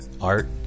art